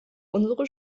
unsere